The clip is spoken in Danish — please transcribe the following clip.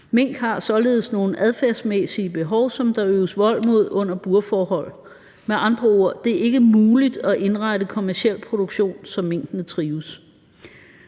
Mink har således nogle adfærdsmæssige behov, som der øves vold mod under burforhold. Med andre ord er det ikke muligt at indrette kommerciel produktion, så minkene trives.